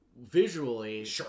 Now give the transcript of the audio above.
visually